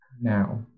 now